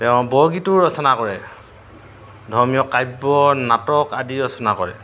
তেওঁ বৰগীতো ৰচনা কৰে ধৰ্মীয় কাব্য নাটক আদি ৰচনা কৰে